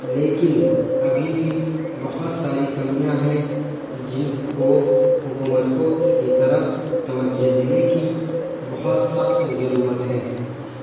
لیکن ابھی بھی بہت ساری کمیاں ہیں جن کو حکومت کو اس کی طرف توجہ دینے کی بہت سخت ضرورت ہے